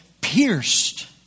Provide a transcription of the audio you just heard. pierced